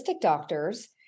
doctors